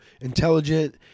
intelligent